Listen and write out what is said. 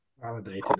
Validated